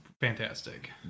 fantastic